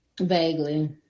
Vaguely